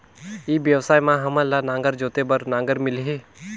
ई व्यवसाय मां हामन ला नागर जोते बार नागर मिलही?